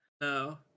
no